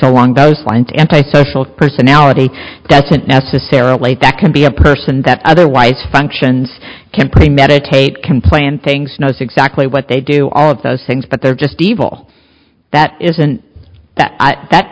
along those lines antisocial personality doesn't necessarily that can be a person that otherwise functions can premeditate can plan things knows exactly what they do all of those things but they're just evil that isn't that that